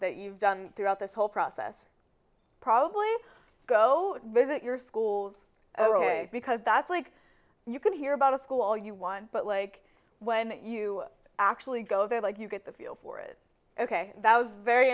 that you've done throughout this whole process probably go visit your schools are ok because that's like you can hear about a school all you want but like when you actually go there like you get the feel for it ok that was very